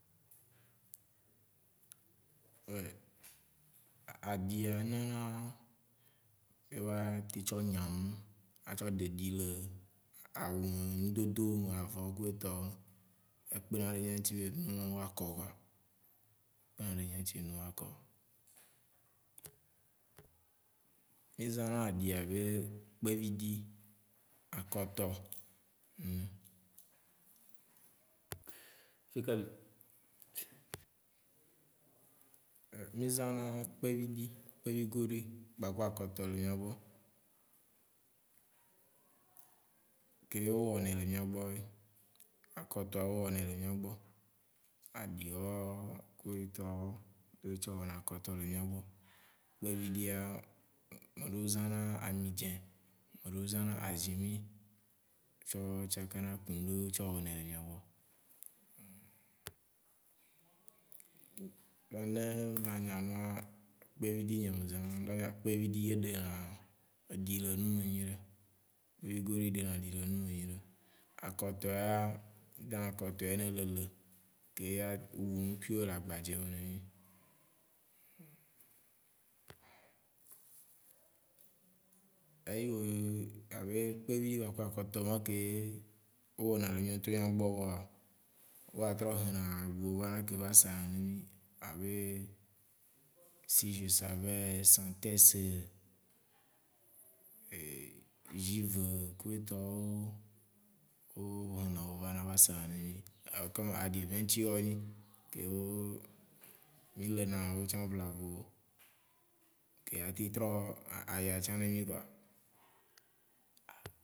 Aɖia nona wòa teŋ tsɔ nyanu, a tsɔ ɖe ɖi le awu, nudodowo me aʋɔ ku etɔwo. E kpena ɖe mia ŋtsi be numawo a kɔ koa. E kpena ɖe mia ŋ'tsi be nuwo a kɔ. Mi zãna aɖi abe, kpeviɖi, akotɔ Mi zãna kpeviɖi, kpevi goɖoe gbaku akɔtɔ le mia gbɔ. Kewo o wɔnɛ le mia gbɔ, akɔtɔa, o wɔnɛ le mia gbɔ, aɖiwɔ ku etɔwo ye o tsɔ wɔna akɔtɔ le miagbɔ. Kpeviɖia, meɖewo zãna amidzĩ, meɖewo zãna azimi tsɔ tsakana ku ŋ'ɖewo tsɔ wɔne le mia gbɔ. Ne ma nya nua, kpeviɖi nyea me zãna ɖoa, kpeviɖi ye ɖena eɖi le enumɛ nyueɖe. kpevi goɖui ɖena ɖi le numɛ nyuiɖe. Akɔtɔ ya, mi zãna akotɔ ya ne lele ke ya wu nukuiwo le agbadzɛ me ne mi. Eyiwo abe kpevi gbaku akɔtɔ ma, keye owɔna le mia ŋ'tɔ miagbɔ woa, o gba trɔ hĩna bubuwo vana keŋ va sana ne mi abe si je savais, santex, giv ku etɔwo, o hĩnawo vana va sana ne mi. aɖi ʋetsi woa wó nyi keo mi lena wòtsa vlavo. Ke be teŋ trɔ aya tsà ne mi koa.